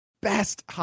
best